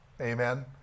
Amen